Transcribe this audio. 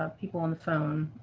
ah people on the phone.